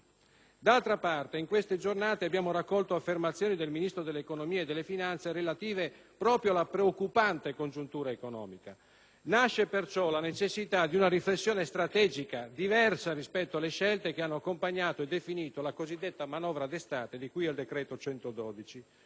D'altra parte, in queste giornate abbiamo raccolto affermazioni del Ministro dell'economia e delle finanze relative proprio alla preoccupante congiuntura economica. Nasce perciò la necessità di una riflessione strategica diversa rispetto alle scelte che hanno accompagnato e definito la cosiddetta manovra d'estate di cui al decreto n.